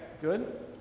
good